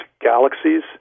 galaxies